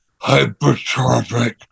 hypertrophic